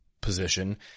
position